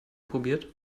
probiert